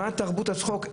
מה תרבות הצחוק,